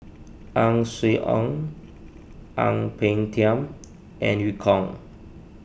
Ang Swee Aun Ang Peng Tiam and Eu Kong